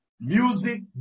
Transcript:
music